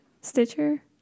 Stitcher